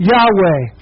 Yahweh